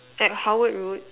at Howard route